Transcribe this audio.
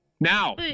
Now